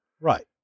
Right